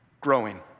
growing